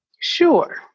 Sure